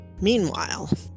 Meanwhile